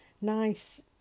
nice